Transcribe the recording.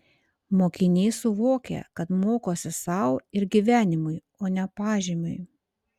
mokiniai suvokia kad mokosi sau ir gyvenimui o ne pažymiui